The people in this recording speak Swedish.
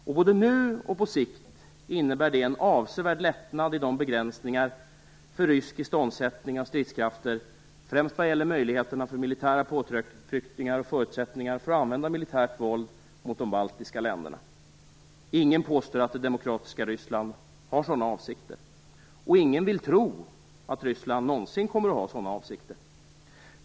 Och både nu och på sikt innebär det en avsevärd lättnad i begränsningarna för rysk iståndsättning av stridskrafter, främst vad gäller möjligheterna till militära påtryckningar och förutsättningarna för att använda militärt våld mot de baltiska länderna. Ingen påstår att det demokratiska Ryssland har sådana avsikter. Ingen vill tro att Ryssland någonsin kommer att ha sådan avsikter.